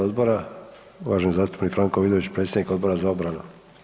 odbora, uvaženi zastupnik Franko Vidović predsjednik Odbora za obranu.